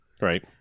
Right